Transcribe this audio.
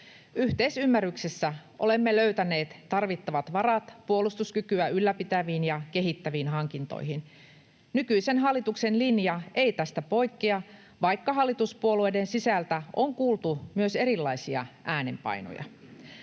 Yhteisymmärryksessä olemme löytäneet tarvittavat varat puolustuskykyä ylläpitäviin ja kehittäviin hankintoihin. Nykyisen hallituksen linja ei tästä poikkea, vaikka hallituspuolueiden sisältä on kuultu myös erilaisia äänenpainoja.